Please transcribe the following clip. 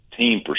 team